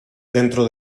dentro